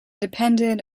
depended